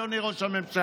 אדוני ראש הממשלה.